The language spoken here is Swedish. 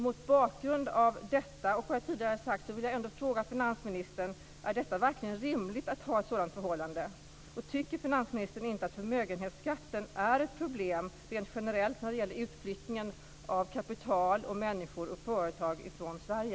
Mot bakgrund av detta och vad jag tidigare har sagt vill jag fråga finansministern: Är det verkligen rimligt att ha ett sådant förhållande? Tycker inte finansministern att förmögenhetsskatten är ett problem rent generellt när det gäller utflyttningen av kapital, människor och företag från Sverige?